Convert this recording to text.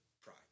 pride